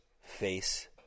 face